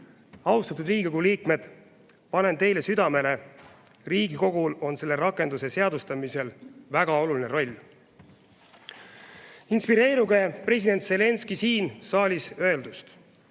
Austatud Riigikogu liikmed! Panen teile südamele: Riigikogul on selle rakenduse seadustamisel oluline roll. Inspireeruge president Zelenskõi siin saalis öeldust: